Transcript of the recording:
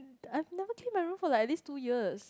I've never clean my room for like at least two years